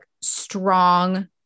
strong